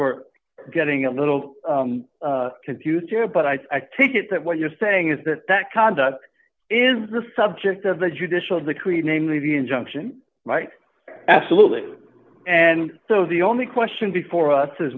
we're getting a little confused here but i take it that what you're saying is that that conduct is the subject of the judicial decreed namely the injunction right absolutely and so the only question before us is